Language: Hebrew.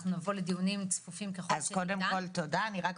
אנחנו נבוא לדיונים צפופים ככל שניתן.